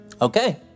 Okay